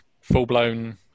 full-blown